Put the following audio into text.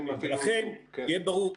לכן שיהיה ברור,